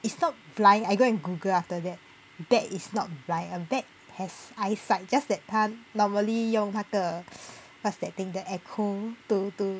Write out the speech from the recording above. it's not blind I go and google after that bat is not blind a bat has eyesight just that 它 normally 用那个 what's that thing the echo to to